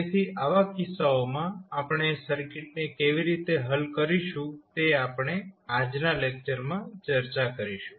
તેથી આવા કિસ્સાઓમાં આપણે સર્કિટને કેવી રીતે હલ કરીશું તે આપણે આજના લેક્ચર માં ચર્ચા કરીશું